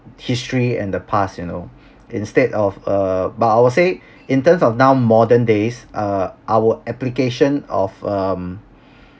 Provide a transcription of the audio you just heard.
history and the pass you know instead of err but I will say in terms of now modern days uh our application of um